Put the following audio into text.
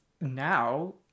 now